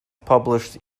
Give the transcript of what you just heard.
published